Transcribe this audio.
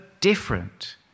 different